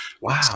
Wow